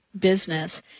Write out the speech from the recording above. business